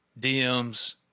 DMs